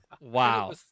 Wow